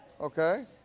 Okay